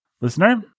listener